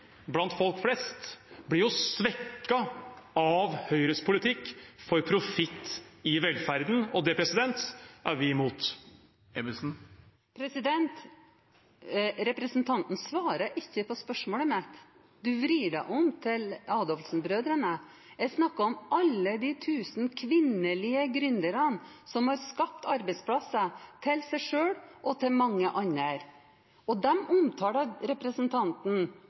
blant folk flest blir svekket av Høyres politikk for profitt i velferden, og det er vi imot. Representanten svarer ikke på spørsmålene, men vrir det om til Adolfsen-brødrene. Jeg snakker om alle de tusen kvinnelige gründerne som har skapt arbeidsplasser til seg selv og til mange andre. De omtales av representanten